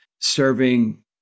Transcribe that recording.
serving